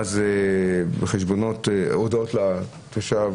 מה זה סתם הודעות רגילות לתושב.